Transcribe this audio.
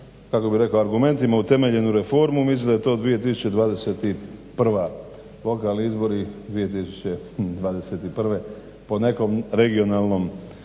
kako bi rekao argumentima utemeljenu reformu mislim da je to 2021., lokalni izbori 2021. po nekom regionalnom